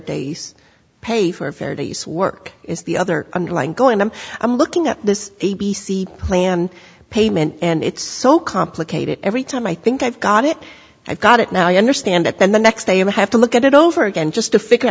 day's pay for a fair day's work is the other underlying going i'm i'm looking at this a b c plan payment and it's so complicated every time i think i've got it i've got it now i understand it then the next day and i have to look at it over again just to figure